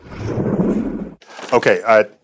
Okay